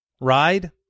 ride